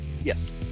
yes